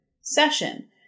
session